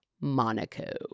Monaco